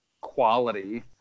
quality